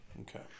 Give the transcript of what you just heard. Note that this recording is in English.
okay